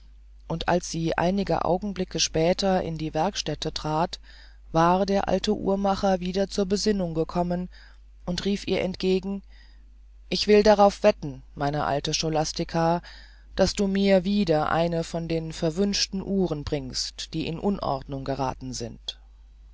und als sie einige augenblicke später in die werkstätte trat war der alte uhrmacher wieder zur besinnung gekommen und rief ihr entgegen ich will darauf wetten meine alte scholastica daß du mir wieder eine von den verwünschten uhren bringst die in unordnung gerathen sind